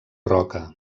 roca